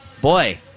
boy